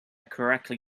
correctly